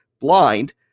blind